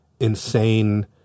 insane